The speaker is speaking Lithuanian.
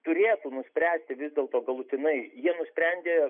turėtų nuspręsti vis dėlto galutinai jie nusprendė